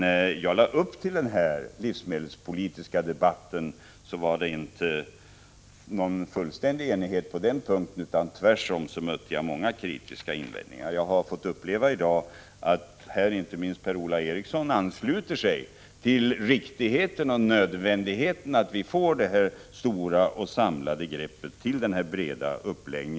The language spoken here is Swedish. När jag drog upp riktlinjerna för den här livsmedelspolitiska debatten var det inte någon fullständig enighet på denna punkt, utan tvärsom mötte jag många kritiska invändningar. Jag har dock fått uppleva att flera, här i dag Per-Ola Eriksson, nu ansluter sig till åsikten att det är riktigt och nödvändigt att vi får detta stora och samlade grepp och denna breda uppläggning.